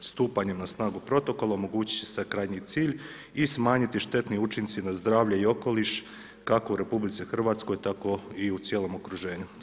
Stupanjem na snagu protokola, omogućiti će se krajnji cilj i smanjiti štetni učinci, na zdravlja i okoliš kako u RH tako i u cijelom okruženju.